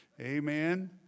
Amen